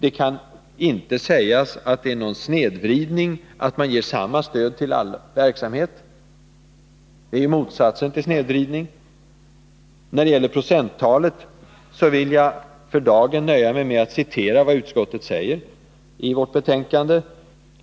Det kan inte sägas vara någon snedvridning när man låter alla verksamheter få samma stöd. Det är motsatsen till snedvridning. När det gäller procenttalet vill jag för dagen nöja mig med att citera vad utskottet säger i betänkandet.